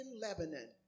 Lebanon